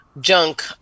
junk